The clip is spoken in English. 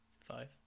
Five